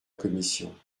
commission